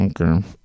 Okay